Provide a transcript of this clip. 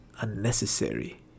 unnecessary